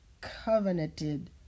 covenanted